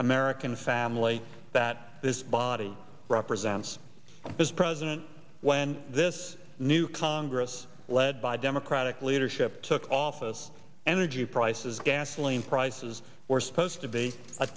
american family that this body represents this president when this new congress led by democratic leadership took office and the g prices gasoline prices were supposed to be a